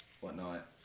whatnot